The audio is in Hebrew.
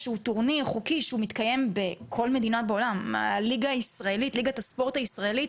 שהוא טורניר חוקי שמתקיים בכל מדינה בעולם ליגת הספורט הישראלית